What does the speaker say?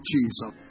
Jesus